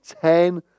ten